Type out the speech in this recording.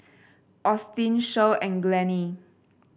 Austin Shirl and Glennie